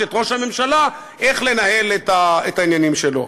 את ראש הממשלה איך לנהל את העניינים שלו.